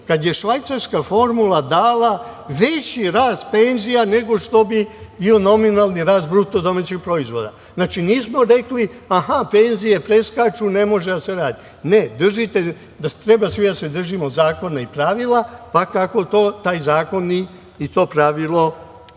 kada je švajcarska formula dala veći rast penzija nego što bi bio nominalni rast BDP. Znači, nismo rekli – aha, penzije preskaču, ne može da se radi. Ne, da treba svi da se držimo zakona i pravila, pa kako taj zakon i to pravilo pokaže. Još